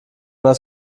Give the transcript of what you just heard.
das